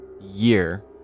year